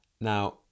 Now